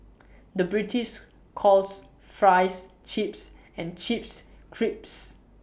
the British calls Fries Chips and Chips Crisps